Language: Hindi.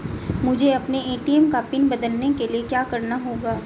मुझे अपने ए.टी.एम का पिन बदलने के लिए क्या करना होगा?